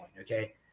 okay